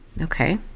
okay